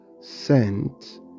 sent